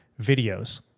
videos